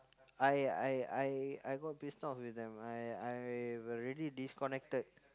I I I I got pissed off with them I I have already disconnected